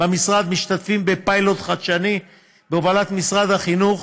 במשרד משתתפים בפיילוט חדשני בהובלת משרד החינוך